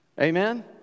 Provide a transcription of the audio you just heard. Amen